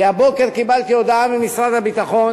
כי הבוקר קיבלתי הודעה ממשרד הביטחון